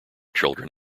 children